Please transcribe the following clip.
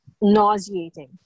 nauseating